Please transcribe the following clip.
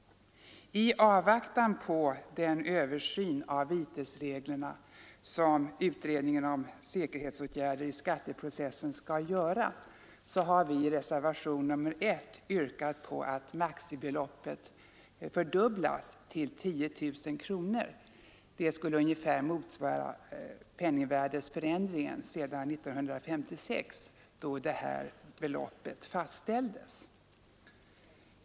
I avvaktan på den översyn av vitesreglerna som utredningen om säkerhetsåtgärder i skatteprocessen skall göra har vi i reservationen 1 yrkat på att maximibeloppet fördubblas till 10 000 kronor. Det skulle ungefär motsvara penningvärdeförändringen sedan 1956, då det här beloppet fastställdes.